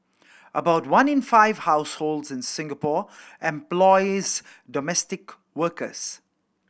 about one in five households in Singapore employs domestic workers